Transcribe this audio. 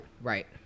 Right